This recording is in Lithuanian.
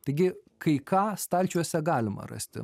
taigi kai ką stalčiuose galima rasti